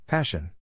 Passion